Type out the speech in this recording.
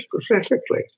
specifically